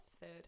third